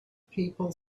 people